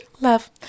love